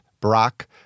Brock